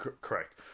correct